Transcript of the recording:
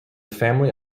family